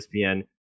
ESPN